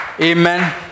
Amen